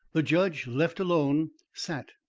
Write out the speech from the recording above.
the judge left alone, sat,